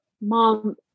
mom